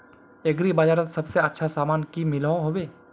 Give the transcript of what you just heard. Agri बजारोत सबसे अच्छा सामान की मिलोहो होबे?